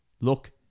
look